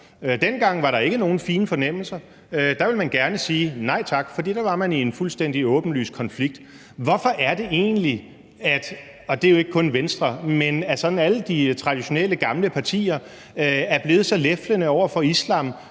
Dengang var der ikke nogen fine fornemmelser. Der ville man gerne sige nej tak, for der var man i en fuldstændig åbenlys konflikt. Hvorfor er det egentlig – og det er jo ikke kun Venstre, men alle de traditionelle gamle partier – at man er blevet så leflende over for islam,